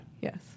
Yes